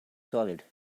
solid